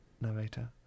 narrator